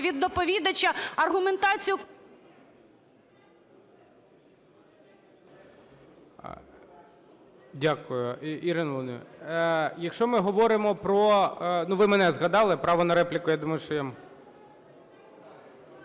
від доповідача аргументацію… ГОЛОВУЮЧИЙ. Дякую, Ірино Володимирівно. Якщо ми говоримо про… ви мене згадали, право на репліку, я думаю, що